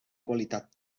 qualitat